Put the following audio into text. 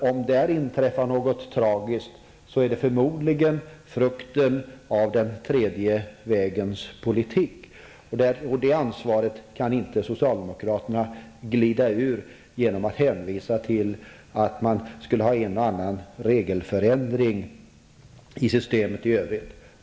Om det inträffar något tragiskt, är det förmodligen frukten av den tredje vägens politik. Det ansvaret kan inte socialdemokraterna glida ur genom att hänvisa till att en eller annan regeländring införts i systemet.